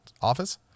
office